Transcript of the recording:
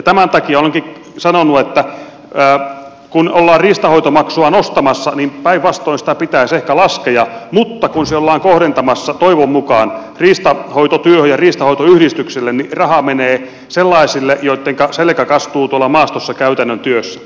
tämän takia olenkin sanonut että kun ollaan riistanhoitomakua nostamassa niin päinvastoin sitä pitäisi ehkä laskea mutta kun se ollaan kohdentamassa toivon mukaan riistanhoitotyöhön ja riistanhoitoyhdistyksille niin rahaa menee sellaisille joittenka selkä kastuu tuolla maastossa käytännön työssä